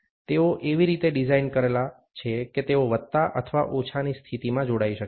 તેઓ એવી રીતે ડિઝાઇન કરેલા છે કે તેઓ વત્તા અથવા ઓછાની સ્થિતિમાં જોડાઈ શકે છે